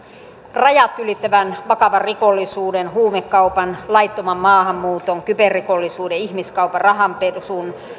rajat ylittävän vakavan rikollisuuden huumekaupan laittoman maahanmuuton kyberrikollisuuden ihmiskaupan rahanpesun